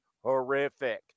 horrific